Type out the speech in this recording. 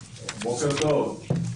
תודה, אדוני.